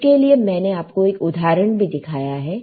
उसके लिए मैंने आपको एक उदाहरण भी दिखाया है